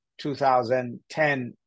2010